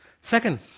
Second